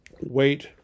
wait